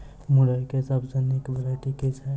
मुरई केँ सबसँ निक वैरायटी केँ छै?